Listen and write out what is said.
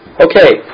Okay